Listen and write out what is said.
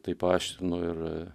tai paaštrino ir